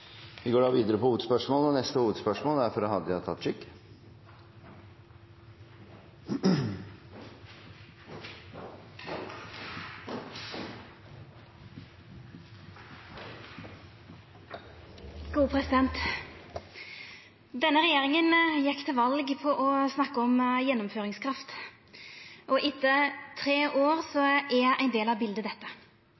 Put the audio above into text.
Vi går da videre til neste hovedspørsmål. Denne regjeringa gjekk til val på å snakka om gjennomføringskraft, og etter tre år